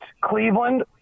Cleveland